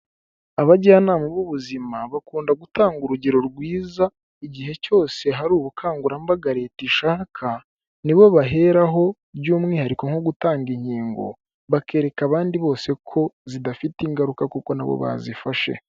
Abajyanama b'ubuzima bakunda gutanga urugero rwiza igihe cyose hari ubukangurambaga Leta ishaka nibo baheraho by'umwihariko nko gutanga inkingo, bakereka abandi bose ko zidafite ingaruka kuko nabo bazifashe.